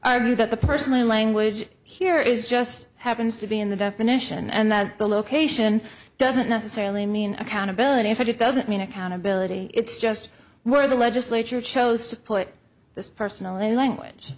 argue that the personally language here is just happens to be in the definition and that the location doesn't necessarily mean accountability but it doesn't mean accountability it's just more of the legislature chose to put this personality language